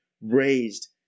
raised